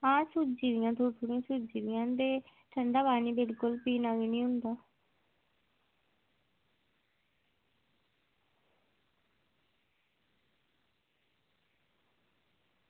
हां सुज्जी दियां थोह्ड़ी थोह्ड़ियां सुज्जी दियां न ते ठंडा पानी बिलकुल पीना गै निं होंदा